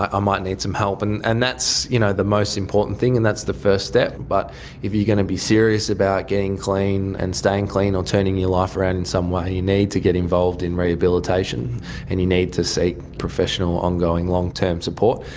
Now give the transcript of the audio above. i might need some help. and and that's you know the most important thing and that's the first step. but if you're going to be serious about getting clean and staying clean or turning your life around in some way you need to get involved in rehabilitation and you need to seek professional ongoing long-term support.